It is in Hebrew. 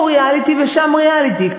פה ריאליטי ושם ריאליטי,